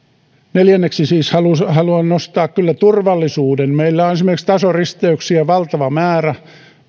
neljänneksi siis haluan kyllä nostaa turvallisuuden meillä on esimerkiksi tasoristeyksiä valtava määrä